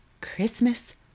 Christmas